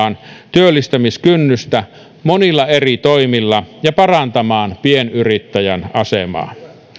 työllistämiskynnystä monilla eri toimilla ja parantamaan pienyrittäjän asemaa